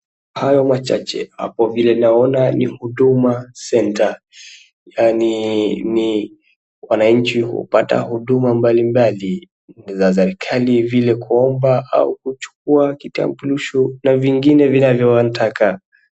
Hayo ni machache, hapo vile naona ni huduma centre, yaani ni wananchi hupata huduma mbali mbali za serikali vile kuomba au kuchukua kitambulisho na vingine vinavyowataka.